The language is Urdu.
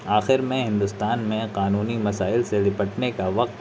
آخر میں ہندوستان میں قانونی مسائل سے نپٹنے کا وقت